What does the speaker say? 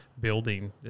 building